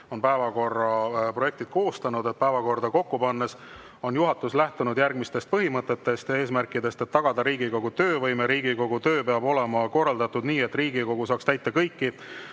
on päevakorra projekti koostanud. Päevakorda kokku pannes on juhatus lähtunud järgmistest põhimõtetest ja eesmärkidest, et tagada Riigikogu töövõime. Riigikogu töö peab olema korraldatud nii, et Riigikogu saaks täita kõiki